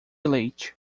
leite